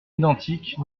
identiques